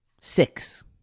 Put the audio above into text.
Six